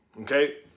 okay